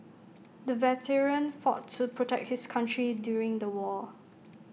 the veteran fought to protect his country during the war